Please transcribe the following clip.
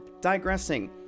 Digressing